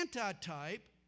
antitype